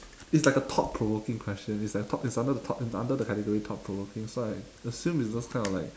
it's like a thought provoking question it's like a thought it's under the thought it's under the category thought provoking so I assume it's those kind of like